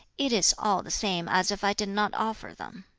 it is all the same as if i did not offer them.